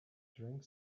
drank